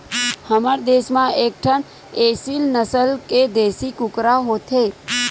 हमर देस म एकठन एसील नसल के देसी कुकरा होथे